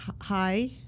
hi